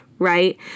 Right